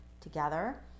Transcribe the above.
together